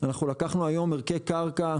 אנחנו לקחנו היום ערכי קרקע,